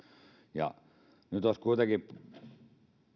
jäätyvät nyt olisi kuitenkin